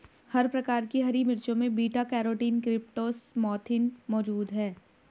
हर प्रकार की हरी मिर्चों में बीटा कैरोटीन क्रीप्टोक्सान्थिन मौजूद हैं